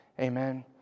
Amen